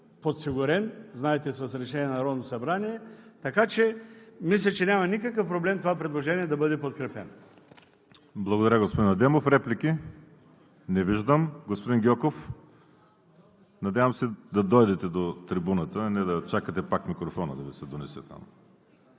подсигурен, знаете, с решение на Народното събрание. Мисля, че няма никакъв проблем това предложение да бъде подкрепено. ПРЕДСЕДАТЕЛ ВАЛЕРИ СИМЕОНОВ: Благодаря, господин Адемов. Реплики? Не виждам. Господин Гьоков, надявам се да дойдете до трибуната, а не да чакате пак микрофонът да Ви се донесе там.